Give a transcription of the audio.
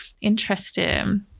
interesting